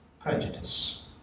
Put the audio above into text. prejudice